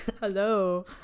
hello